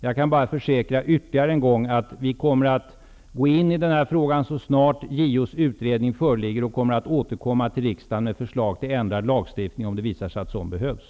Jag kan bara försäkra ytterligare en gång att vi kommer att gå in i den här frågan så snart JO:s utredning föreligger. Vi återkommer till riksdagen med förslag till ändrad lagstiftning om det visar sig att sådan behövs.